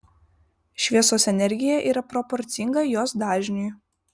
šviesos energija yra proporcinga jos dažniui